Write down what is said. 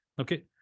Okay